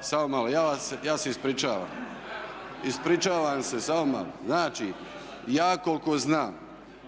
Samo malo, ja se ispričavam. Ispričavam se, samo malo. Znači, ja koliko znam,